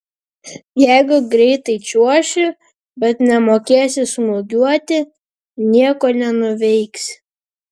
jei greitai čiuoši bet nemokėsi smūgiuoti nieko nenuveiksi